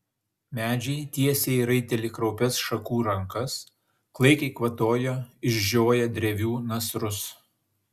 medžiai tiesė į raitelį kraupias šakų rankas klaikiai kvatojo išžioję drevių nasrus